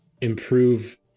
improve